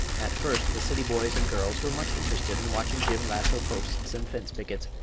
at first the city boys and girls were much interested in watching jim lasso posts and fence pickets,